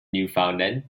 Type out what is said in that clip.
newfoundland